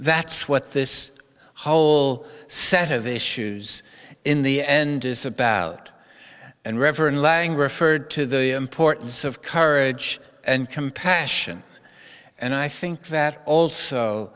that's what this whole set of issues in the end is about and reverend lang referred to the importance of courage and compassion and i think that also